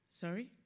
Sorry